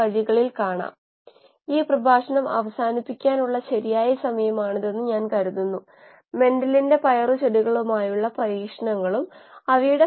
ഓക്സിജന്റെ അളവ് അലിഞ്ഞു ചേർന്നതു നമ്മൾ കുറച്ച് വിശദീകരിച്ചു